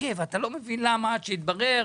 ואתה לא מבין עד שמתברר